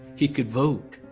he could vote.